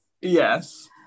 Yes